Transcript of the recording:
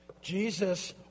Jesus